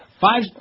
Five